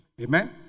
Amen